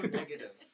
negative